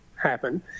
happen